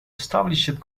established